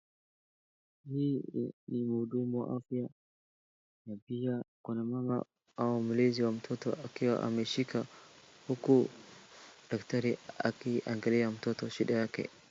Hii ni mhudumu wa afya na pia kuna mama au mlezi wa mtoto akiwa ameshika uku daktari akiangalia mtoto shida yake.